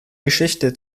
geschichte